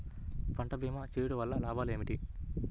పంట భీమా చేయుటవల్ల లాభాలు ఏమిటి?